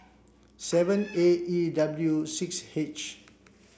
seven A E W six H